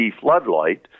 floodlight